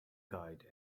guide